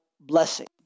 blessing